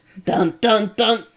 Dun-dun-dun